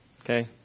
Okay